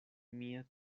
mia